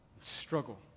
struggle